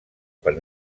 per